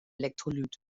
elektrolyt